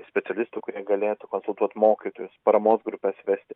specialistų kurie galėtų konsultuot mokytojus paramos grupes vesti